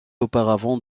auparavant